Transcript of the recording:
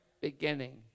beginning